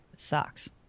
Socks